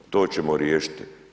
To ćemo riješiti.